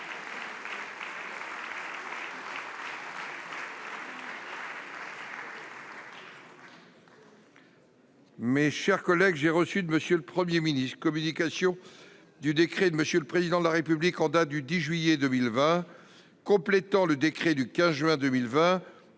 Mes chers collègues, j'ai reçu de M. le Premier ministre communication du décret de M. le Président de la République en date du 10 juillet 2020 complétant le décret du 15 juin 2020